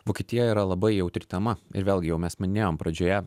vokietija yra labai jautri tema ir vėlgi jau mes minėjom pradžioje